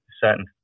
certain